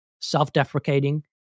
self-deprecating